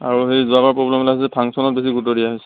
আৰু সেই যোৱাবাৰ প্ৰ'গ্ৰেমবিলাক যে ফাংচনত বেছি গুৰুত্ব দিয়া হৈছে